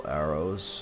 arrows